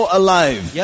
alive